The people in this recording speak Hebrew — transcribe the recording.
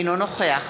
אינו נוכח